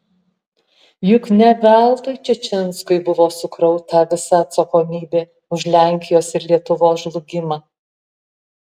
juk ne veltui čičinskui buvo sukrauta visa atsakomybė už lenkijos ir lietuvos žlugimą